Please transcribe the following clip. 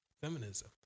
feminism